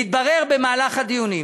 התברר במהלך הדיונים